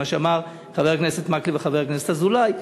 מה שאמרו חבר הכנסת מקלב וחבר הכנסת אזולאי,